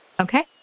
Okay